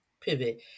Pivot